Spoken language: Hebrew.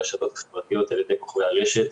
ברשתות החברתיות על ידי כוכבי הרשת.